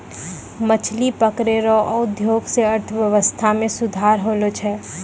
मछली पकड़ै रो उद्योग से अर्थव्यबस्था मे सुधार होलो छै